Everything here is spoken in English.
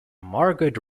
margaret